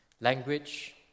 language